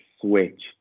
switch